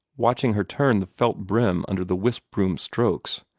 watching her turn the felt brim under the wisp-broom's strokes,